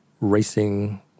racing